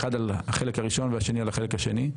אחד על החלק הראשון והשני על החלק השני,